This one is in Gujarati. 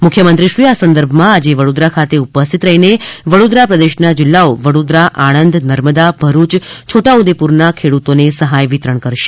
મુખ્યમંત્રીશ્રી આ સંદર્ભમાં આજે વડોદરા ખાતે ઉપસ્થિત રહીને વડોદરા પ્રદેશના જિલ્લાઓ વડોદરા આણંદ નર્મદા ભરૂચ છોટાઉદ્દેપુરના ખેડૂતોને સહાય વિતરણ કરશે